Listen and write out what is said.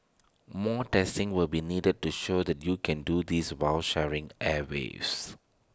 more testing will be needed to show that you can do this while sharing airwaves